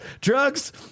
drugs